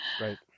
Right